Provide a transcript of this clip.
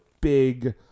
big